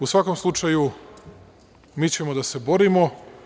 U svakom slučaju, mi ćemo da se borimo.